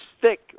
thick